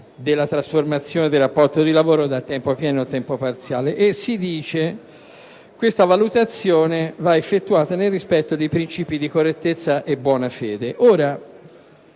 della trasformazione del rapporto di lavoro da tempo pieno a tempo parziale. Si dice che questa valutazione va effettuata nel rispetto dei princìpi di correttezza e buona fede: ora,